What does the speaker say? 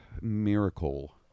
miracle